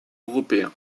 européen